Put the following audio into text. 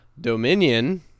dominion